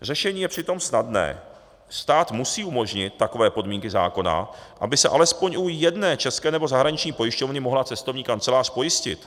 Řešení je přitom snadné: stát musí umožnit takové podmínky zákona, aby se alespoň u jedné české nebo zahraniční pojišťovny mohla cestovní kancelář pojistit.